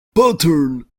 pattern